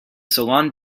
salon